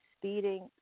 speeding